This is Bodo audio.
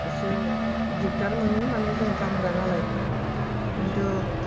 एसे दिगदार मोनो माने जों गानग्रा नालाय खिन्थु